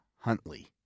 Huntley